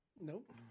Nope